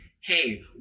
hey